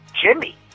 Jimmy